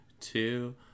two